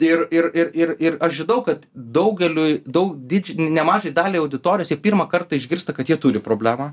ir ir ir ir ir aš žinau kad daugeliui daug dydž nemažai daliai auditorijos jie pirmą kartą išgirsta kad jie turi problemą